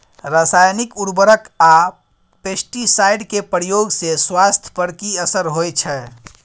रसायनिक उर्वरक आ पेस्टिसाइड के प्रयोग से स्वास्थ्य पर कि असर होए छै?